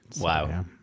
Wow